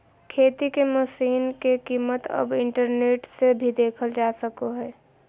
खेती के मशीन के कीमत अब इंटरनेट से भी देखल जा सको हय